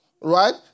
Right